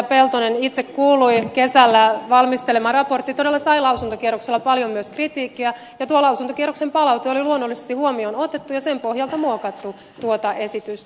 peltonen itse kuului kesällä valmistelema raportti todella sai lausuntokierroksella paljon myös kritiikkiä ja tuo lausuntokierroksen palaute oli luonnollisesti huomioon otettu ja sen pohjalta muokattu esitystä